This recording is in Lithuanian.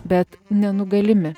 bet nenugalimi